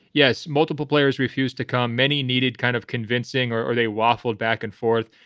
yes, multiple players refused to come. many needed kind of convincing or or they waffled back and forth.